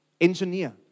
Engineer